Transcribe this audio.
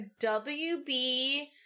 WB